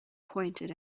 pointed